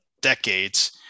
decades